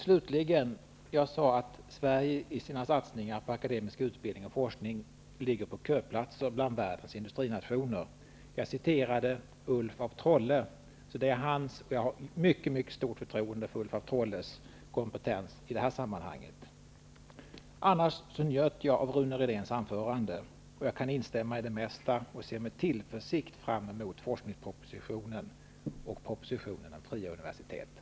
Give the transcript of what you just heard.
Slutligen sade jag att Sverige i sina satsningar på akademisk utbildning och forskning ligger på köplats bland världens industrinationer. Jag citerade Ulf af Trolle. Jag har mycket stort förtroende för Ulf af Trolles kompetens i det här sammanhanget. Annars njöt jag av Rune Rydéns anförande, och jag kan instämma i det mesta. Jag ser med tillförsikt fram emot forskningspropositionen och propositionen om de fria universiteten.